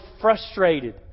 frustrated